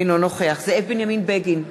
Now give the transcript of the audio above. אינו נוכח זאב בנימין בגין,